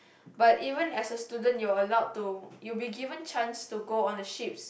but even as a student you are allowed to you will be given chance to go on the ships